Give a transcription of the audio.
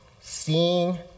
seeing